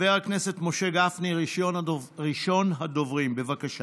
חבר הכנסת משה גפני, ראשון הדוברים, בבקשה.